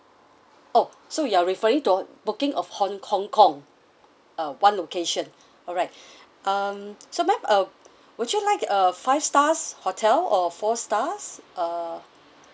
oh so you're referring to booking of hong hong kong uh one location alright um so ma'am uh would you like a five stars hotel or four stars uh